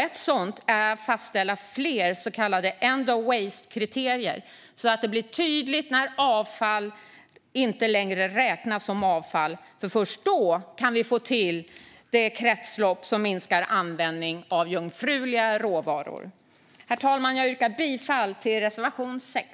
En sådan är att fastställa fler så kallade end of waste-kriterier så att det blir tydligt när avfall inte längre räknas som avfall. Först då kan vi få till det kretslopp som minskar användningen av jungfruliga råvaror. Jag yrkar bifall till reservation 6.